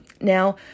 Now